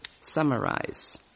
Summarize